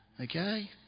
Okay